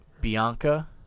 Bianca